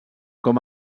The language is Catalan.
com